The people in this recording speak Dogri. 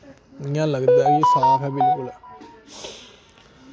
इ'यां लगदा ऐ कि साफ ऐ बिलकुल